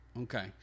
Okay